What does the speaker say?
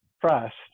trust